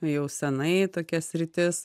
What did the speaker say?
jau senai tokia sritis